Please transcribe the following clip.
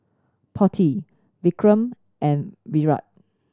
Potti Vikram and Virat